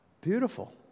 beautiful